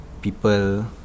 People